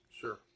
Sure